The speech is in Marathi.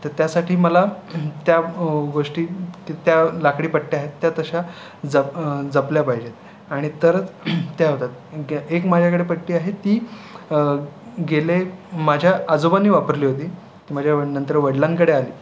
तर त्यासाठी मला त्या गोष्टी तर त्या लाकडी पट्ट्या आहेत त्या तशा जप जपल्या पाहिजेत आणि तरच त्या होतात एक माझ्याकडे पट्टी आहे ती गेले माझ्या आजोबांनी वापरली होती माझ्या नंतर वडलांकडे आली